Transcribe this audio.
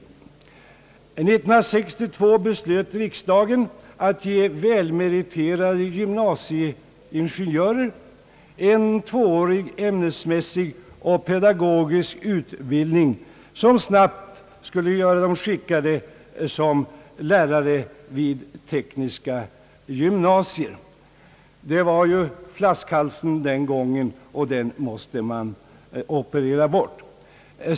År 1962 beslöt riksdagen att ge välmeriterade gymnasieingenjörer en tvåårig ämnesmässig och pedagogisk utbildning, som snabbt skulle göra dem skickade som lärare vid tekniska gymnasier — dessa utgjorde ju då flaskhalsen, och den måste man operera bort.